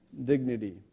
dignity